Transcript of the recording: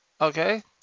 okay